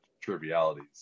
trivialities